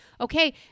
okay